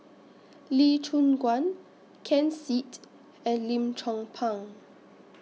Lee Choon Guan Ken Seet and Lim Chong Pang